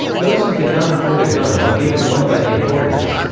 those who could not afford a gun were given one by the authorities.